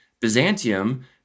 Byzantium